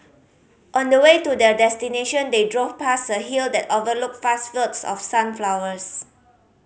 on the way to their destination they drove past a hill that overlooked vast fields of sunflowers